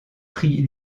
pris